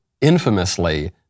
infamously